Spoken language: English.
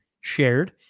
shared